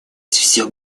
всё